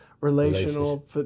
relational